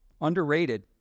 Underrated